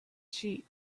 sheep